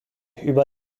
über